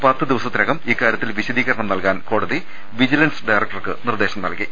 പത്ത് ദിവസത്തിനകം ഇക്കാരൃത്തിൽ വിശദീകരണം നൽകാൻ കോടതി വിജിലൻസ് ഡയറക്ടർക്ക് നിർദേശം നൽകി